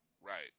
Right